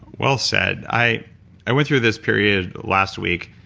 well said. i i went through this period last week.